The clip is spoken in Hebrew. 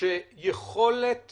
שיכולת